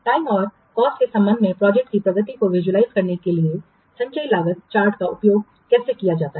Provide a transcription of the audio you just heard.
time और cost के संबंध में प्रोजेक्ट की प्रगति को विजुलाइज करने के लिए संचयी लागत चार्ट का उपयोग कैसे किया जा सकता है